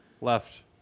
left